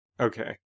Okay